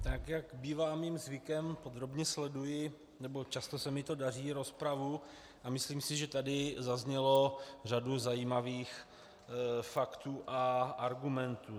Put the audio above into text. Tak jak bývá mým zvykem, podrobně sleduji, nebo často se mi to daří, rozpravu a myslím si, že tady zazněla řada zajímavých faktů a argumentů.